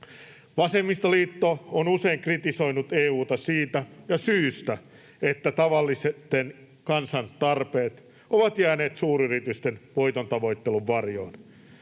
Vasemmistoliitto on usein kritisoinut EU:ta siitä — ja syystä, — että tavallisten kansalaisten tarpeet ovat jääneet suuryritysten voitontavoittelun varjoon.